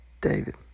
David